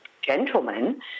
gentlemen